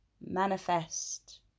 manifest